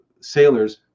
sailors